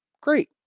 great